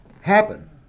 happen